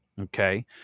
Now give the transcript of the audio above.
Okay